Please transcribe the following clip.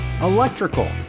electrical